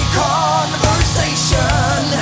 conversation